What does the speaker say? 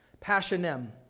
passionem